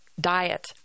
diet